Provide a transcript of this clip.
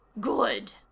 Good